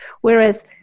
whereas